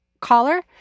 Caller